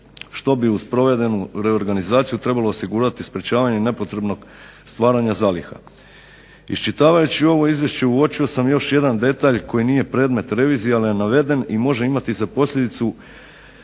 što bi uz provedenu reorganizaciju trebalo osigurati sprečavanje nepotrebnog stvaranja zaliha. Iščitavajući ovo izvješće uočio sam još jedan detalj koji nije predmet revizije ali je naveden i može imati posljedice